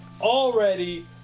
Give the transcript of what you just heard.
already